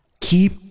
Keep